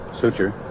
suture